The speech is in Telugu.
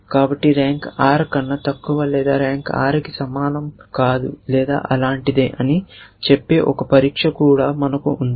కాబట్టి ర్యాంక్ r కన్నా తక్కువ లేదా ర్యాంక్ r కి సమానం కాదు లేదా అలాంటిదే అని చెప్పే ఒక పరీక్ష కూడా మనకు ఉంది